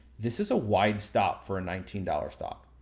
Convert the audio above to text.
this is a wide stop for a nineteen dollars stop.